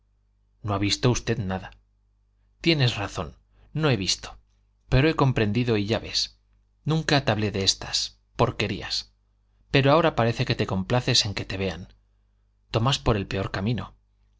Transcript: no ha visto usted nada tienes razón no he visto pero he comprendido y ya ves nunca te hablé de estas porquerías pero ahora parece que te complaces en que te vean tomas por el peor camino